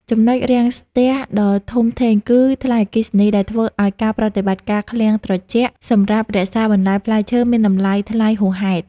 ចំណុចរាំងស្ទះដ៏ធំធេងគឺ "ថ្លៃអគ្គិសនី" ដែលធ្វើឱ្យការប្រតិបត្តិការឃ្លាំងត្រជាក់សម្រាប់រក្សាបន្លែផ្លែឈើមានតម្លៃថ្លៃហួសហេតុ។